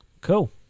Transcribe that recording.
Cool